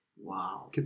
Wow